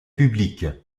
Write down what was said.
publique